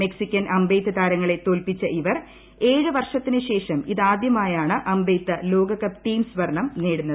Mexican അമ്പെയ്ത്ത് താരങ്ങളെ തോൽപ്പിച്ച ഇവ്ടർ ഏഴ് വർഷത്തിനുശേഷം ഇതാദ്യമായാണ് അമ്പെയ്ത്ത് ലോകകപ്പ് ടീം സ്വർണ്ണം നേടുന്നത്